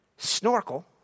snorkel